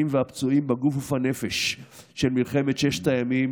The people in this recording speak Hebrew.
והפצועים בגוף ובנפש של מלחמת ששת הימים,